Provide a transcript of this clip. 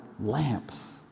lamps